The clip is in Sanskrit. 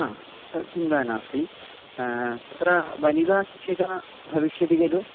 हा तत् चिन्ता नास्ति तत्र वनिला शिक्षिका भविष्यति खलु